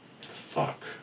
Fuck